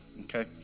okay